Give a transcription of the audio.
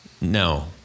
No